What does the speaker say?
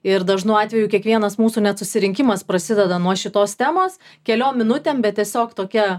ir dažnu atveju kiekvienas mūsų net susirinkimas prasideda nuo šitos temos keliom minutėm bet tiesiog tokia